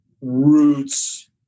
roots